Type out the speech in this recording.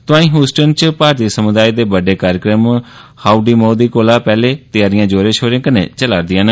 तोआईं ह्यूस्टन च भारती समुदाय दे बड्डे कार्यक्रम हाउडी मोदी कोला पैहले तैयारिआं जोरें शोरें कन्नै चला'रदिआं न